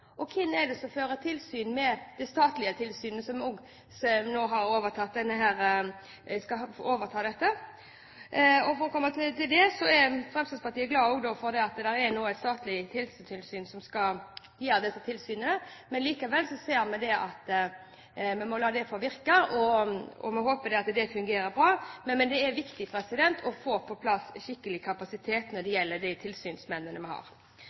opp. Hvem bøtelegger fylkesmannen?» Og hvem er det som fører tilsyn med det statlige tilsynet som nå skal overta dette? I den sammenheng er Fremskrittspartiet også glad for at det nå er et statlig tilsyn som skal føre disse tilsynene, men likevel ser vi at vi må la det få virke. Vi håper at det fungerer bra, men det er viktig å få på plass skikkelig kapasitet når det gjelder de tilsynsførerne vi har.